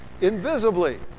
invisibly